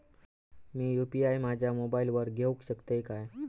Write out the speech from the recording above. मी UPI माझ्या मोबाईलावर घेवक शकतय काय?